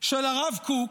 של הרב קוק,